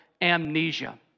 amnesia